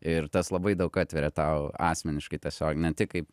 ir tas labai daug atveria tau asmeniškai tiesiog ne tik kaip